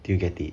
do you get it